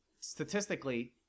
statistically